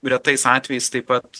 retais atvejais taip pat